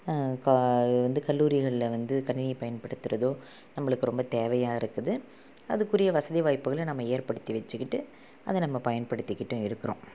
வந்து கல்லூரிகளில் வந்து கணினியை பயன்படுத்துவதோ நம்பளுக்கு ரொம்ப தேவையாக இருக்குது அதுக்குரிய வசதி வாய்ப்புகளை நம்ம ஏற்படுத்தி வச்சுகிட்டு அதை நம்ம பயன்படுத்திக்கிட்டும் இருக்கிறோம்